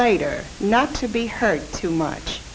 later not to be hurt too much